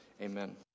Amen